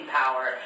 power